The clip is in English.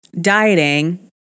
dieting